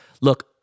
Look